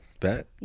Bet